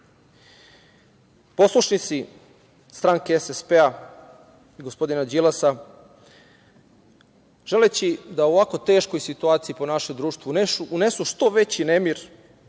Poslušnici stranke SSP-a i gospodina Đilasa, želeći da u ovako teškoj situaciji po naše društvo unesu što veći nemir,